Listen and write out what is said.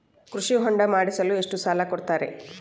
ಕೃಷಿ ಹೊಂಡ ಮಾಡಿಸಲು ಎಷ್ಟು ಸಾಲ ಕೊಡ್ತಾರೆ?